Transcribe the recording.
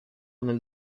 nel